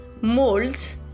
molds